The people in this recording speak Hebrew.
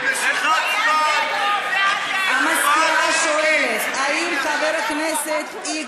אני שואלת את חברי הכנסת.